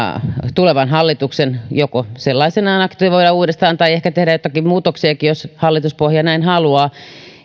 tulevan hallituksen joko sellaisenaan aktivoida uudestaan tai ehkä tehdä jotakin muutoksiakin jos hallituspohja näin haluaa